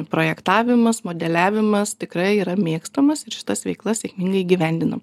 projektavimas modeliavimas tikrai yra mėgstamas ir šitas veiklas sėkmingai įgyvendinam